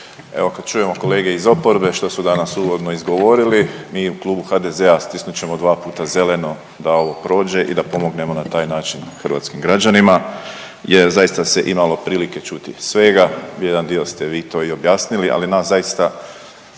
evo kad čujemo kolege iz oporbe što su danas uvodno izgovorili mi u Klubu HDZ-a stisnut ćemo dva puta zeleno da ovo prođe i da pomognemo na taj način hrvatskim građanima jer zaista se imalo prilike čuti svega. Jedan dio ste vi to i objasnili, ali nas zaista